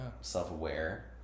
self-aware